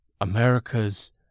America's